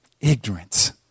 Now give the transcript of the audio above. ignorance